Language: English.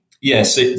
yes